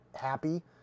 happy